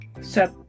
set